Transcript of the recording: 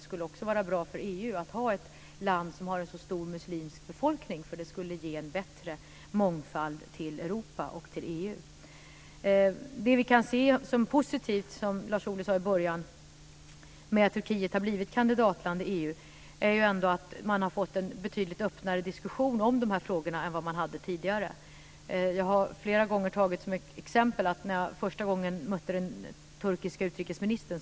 Det skulle också vara bra för EU med ett land med så stor muslimsk befolkning för det skulle ge bättre mångfald till Det som vi kan se som positivt med att Turkiet har blivit kandidatland i EU - och som Lars Ohly sade i början - är att det har blivit en betydligt öppnare diskussion om dessa frågor än tidigare. Jag har flera gånger haft som exempel då jag första gången mötte den turkiske utrikesministern.